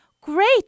Great